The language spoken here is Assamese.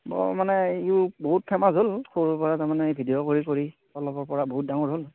বৰ মানে ইও বহুত ফেমাচ হ'ল সৰুৰ পৰা তাৰমানে ভিডিঅ' কৰি কৰি অলপৰ পৰা বহুত ডাঙৰ হ'ল